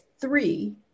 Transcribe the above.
three